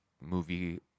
movie